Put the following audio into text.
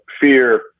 fear